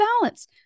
balance